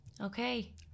Okay